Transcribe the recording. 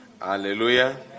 Hallelujah